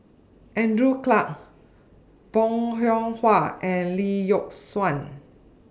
Andrew Clarke Bong Hiong Hwa and Lee Yock Suan